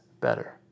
better